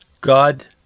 God